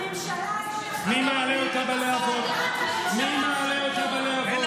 הממשלה הזאת, מי מעלה אותה בלהבות?